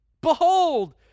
Behold